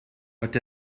but